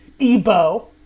Ebo